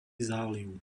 záliv